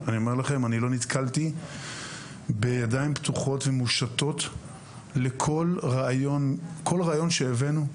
לא נתקלתי בידיים פתוחות ומושטות לכל רעיון שהבאנו,